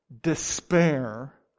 despair